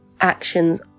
actions